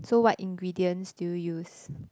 so what ingredients do you use